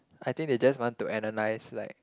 I think they just want to analyze like